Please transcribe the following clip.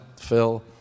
Phil